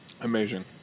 Amazing